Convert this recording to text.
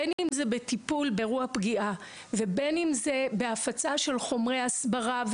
בין אם זה בטיפול באירוע פגיעה ובין אם זה בהפצה של חומרי הסברה,